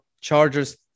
Chargers